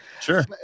Sure